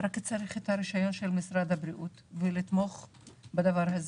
רק צריך הרשיון של משרד הברית ולתמוך בזה.